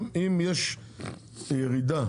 אם יש ירידה